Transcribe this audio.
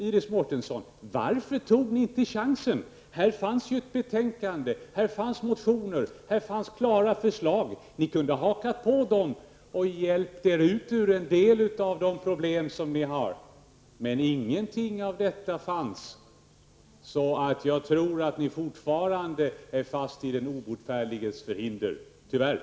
Iris Mårtensson, varför tog ni inte chansen? Här fanns ett betänkande, motioner och tydliga förslag. Ni kunde ha hakat på dem. Det hade kunnat hjälpa er ut ur en del av era problem, men ingenting av detta kunde skönjas. Jag tror att ni fortfarande är fast i den obotfärdiges förhinder, tyvärr.